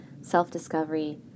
self-discovery